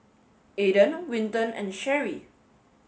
Aaden Winton and Cheri